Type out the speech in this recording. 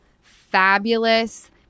Fabulous